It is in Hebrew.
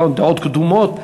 אותן דעות קדומות.